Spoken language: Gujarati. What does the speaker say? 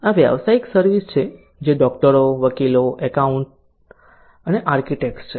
આ વ્યાવસાયિક સર્વિસ છે જે ડોકટરો વકીલો એકાઉન્ટન્ટ્સ અને આર્કિટેક્ટ્સ છે